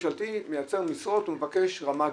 מייצר משרות והוא מבקש רמה ג',